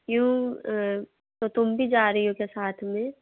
क्यों तो तुम भी जा रही हो क्या साथ में